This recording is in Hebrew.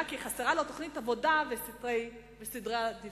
כי חסרים לו תוכנית עבודה וסדרי עדיפויות.